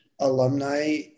alumni